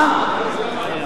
אני תמכתי,